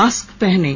mask पहनें